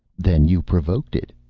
then you provoked it,